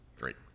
great